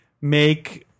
make